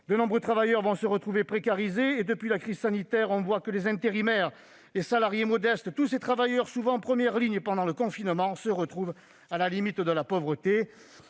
De nombreux travailleurs vont se trouver précarisés. Or, depuis la crise sanitaire, on voit que les intérimaires, les salariés modestes, tous ces travailleurs qui ont souvent été en première ligne pendant le confinement se retrouvent à la limite de la pauvreté.